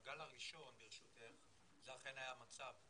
בגל הראשון, ברשותך, זה אכן היה המצב.